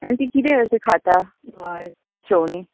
आनी तीं कितें अशें खातात शेवणीं